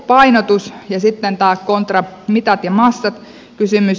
raidepainotus ja tämä kontra mitat ja massat kysymys